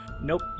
Nope